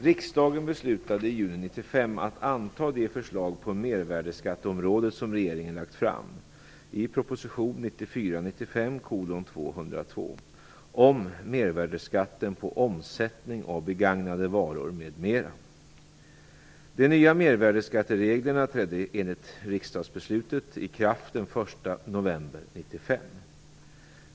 Riksdagen beslutade i juni 1995 att anta de förslag på mervärdesskatteområdet som regeringen lagt fram i proposition 1994/95:202 om mervärdesskatten på omsättning av begagnade varor, m.m. De nya mervärdesskattereglerna trädde enligt riksdagsbeslutet i kraft den 1 november 1995.